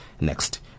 next